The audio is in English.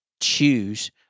choose